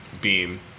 Beam